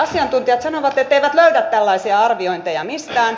asiantuntijat sanovat etteivät löydä tällaisia arviointeja mistään